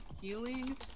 healing